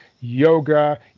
yoga